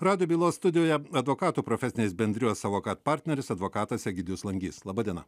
rado bylos studijoje advokatų profesinės bendrijos savo kad partneris advokatas egidijus langys laba diena